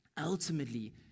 ultimately